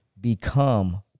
become